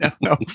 No